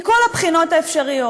מכל הבחינות האפשריות.